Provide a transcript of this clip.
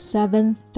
Seventh